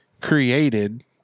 created